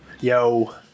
Yo